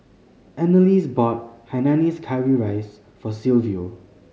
Annalise bought hainanese curry rice for Silvio